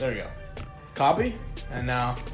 so go copy and now